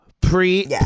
Pre